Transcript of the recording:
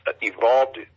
evolved